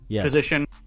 position